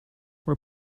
were